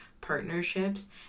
partnerships